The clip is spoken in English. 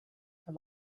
for